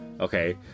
Okay